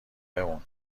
بمون